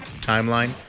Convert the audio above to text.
timeline